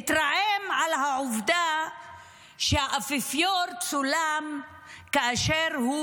התרעם על העובדה שהאפיפיור צולם כאשר הוא